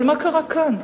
אבל מה קרה כאן?